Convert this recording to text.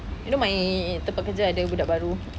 you know my tempat kerja ada budak baru